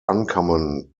uncommon